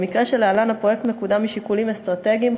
במקרה זה הפרויקט מקודם משיקולים אסטרטגיים,